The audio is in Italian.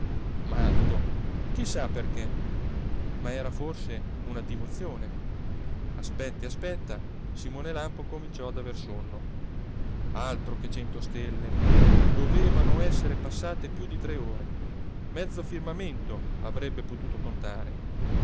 chi sa perché ma era forse una divozione aspetta e aspetta simone lampo cominciò ad aver sonno altro che cento stelle dovevano esser passate più di tre ore mezzo firmamento avrebbe potuto contare